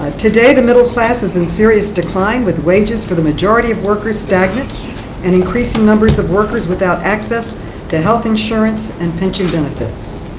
ah today, the middle class is in serious decline with wages for the majority of workers stagnant and increasing numbers of workers without access to health insurance and pension benefits.